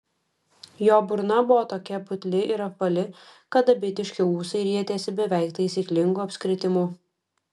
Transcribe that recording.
jo burna buvo tokia putli ir apvali kad dabitiški ūsai rietėsi beveik taisyklingu apskritimu